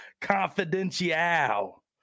Confidential